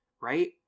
right